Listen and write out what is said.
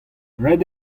ret